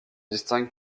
distingue